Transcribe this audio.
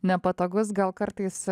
nepatogus gal kartais